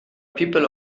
people